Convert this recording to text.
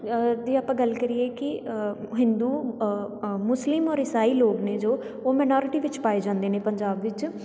ਦੀ ਆਪਾਂ ਗੱਲ ਕਰੀਏ ਕਿ ਹਿੰਦੂ ਮੁਸਲਿਮ ਔਰ ਈਸਾਈ ਲੋਕ ਨੇ ਜੋ ਉਹ ਮਨੋਰਟੀ ਵਿੱਚ ਪਾਏ ਜਾਂਦੇ ਨੇ ਪੰਜਾਬ ਵਿਚ